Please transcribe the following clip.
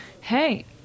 hey